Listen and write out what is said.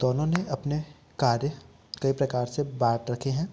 दोनों ने अपने कार्य कई प्रकार से बाँट रखे हैं